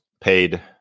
paid